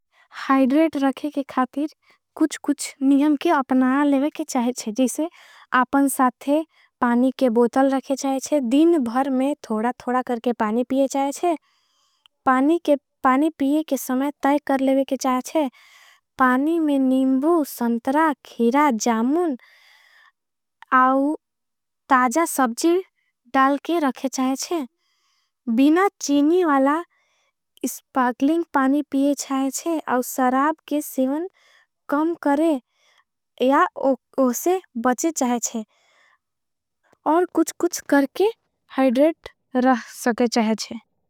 हाइड्रेट रखे के खातिर कुछ कुछ नियम के अपनाया लेवे। के चाहे चाहे जिसे आपन साथे पानी के बोतल रखे चाहे। चाहे जिन भर में थोड़ा थोड़ा करके पानी पिये चाहे चाहे। पानी के पानी पिये के समय तै कर लेवे के चाहे चाहे पानी में। निम्बू, संतरा, खीरा, जामुन और ताजा सबजीर डाल के रखे। चाहे चाहे चाहे बिना चेनी वाला स्पाकलिंग पानी पिये चाहे चाहे। और सराब के सेवन कम करे या उसे बचे चाहे चाहे चाहे। और कुछ कुछ करके हाइड्रेट रख सके चाहे चाहे।